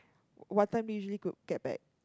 what time you usually go get back